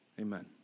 amen